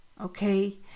okay